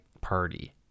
party